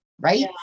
right